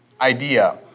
idea